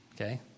Okay